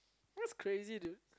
that's crazy dude